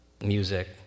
music